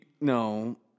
No